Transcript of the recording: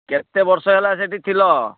କେତେ ବର୍ଷ ହେଲା ସେଠି ଥିଲ